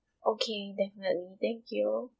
okay definitely thank you